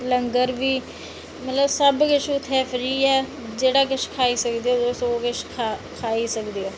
लंगर बी मतलब सब किश उत्थै फ्री ऐ जेह्ड़ा किश तुस खाई सकदे ओ तुस खाई सकदे ओ